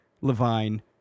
Levine